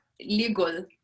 legal